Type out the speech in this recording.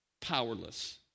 powerless